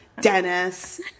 Dennis